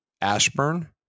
ashburn